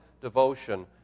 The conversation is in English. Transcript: devotion